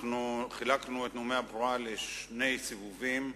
חילקנו את נאומי הבכורה לשני סבבים,